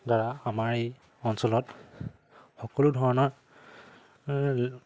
দ্বাৰা আমাৰ এই অঞ্চলত সকলো ধৰণৰ